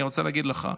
אני רוצה להגיד לך,